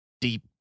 Deep